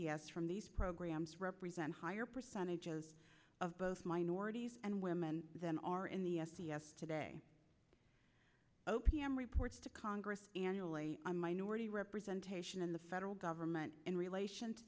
e s from these programs represent higher percentages of both minorities and women than are in the s e s today o p m reports to congress on minority representation in the federal government in relation to